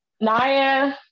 Naya